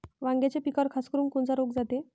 वांग्याच्या पिकावर खासकरुन कोनचा रोग जाते?